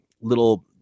little